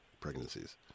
pregnancies